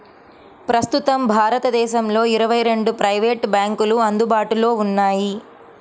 ప్రస్తుతం భారతదేశంలో ఇరవై రెండు ప్రైవేట్ బ్యాంకులు అందుబాటులో ఉన్నాయి